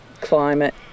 climate